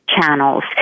channels